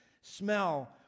smell